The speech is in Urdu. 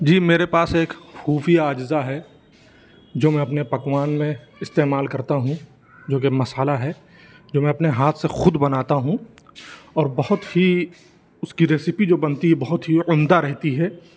جی میرے پاس ایک خوفیا اجزاء ہے جو میں اپنے پکوان میں استعمال کرتا ہوں جو کہ مسالہ ہے جو میں اپنے ہاتھ سے خود بناتا ہوں اور بہت ہی اُس کی ریسیپی جو بنتی ہے بہت ہی عمدہ رہتی ہے